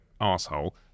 asshole